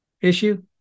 issue